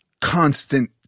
constant